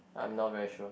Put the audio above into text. I'm not very sure